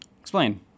explain